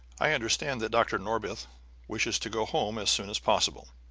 i understand that dr. norbith wishes to go home as soon as possible?